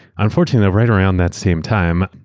unfortunately, right around that same time,